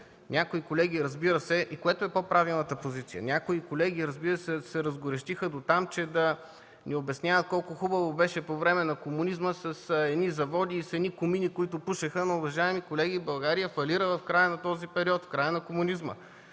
би било по-добре, което е по-правилната позиция. Някои колеги, разбира се, се разгорещиха дотам, че да ни обясняват колко хубаво беше по време на комунизма с едни заводи и с едни комини, които пушеха. Уважаеми колеги, България фалира в края на този период – в края на комунизма!